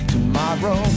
Tomorrow